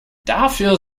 dafür